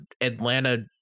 atlanta